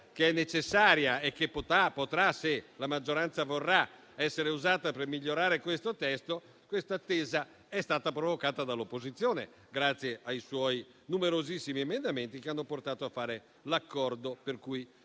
che è necessaria, potrà, se la maggioranza vorrà, essere usata per migliorare questo testo. Questa attesa è stata provocata dall'opposizione, grazie ai suoi numerosissimi emendamenti, che hanno portato a fare l'accordo per cui